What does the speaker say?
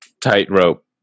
Tightrope